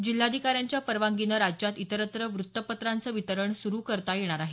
जिल्हाधिकाऱ्यांच्या परवानगीनं राज्यात इतरत्र वृत्तपत्रांचे वितरण सुरू करता येणार आहे